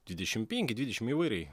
dvidešimt penki dvidešimt įvairiai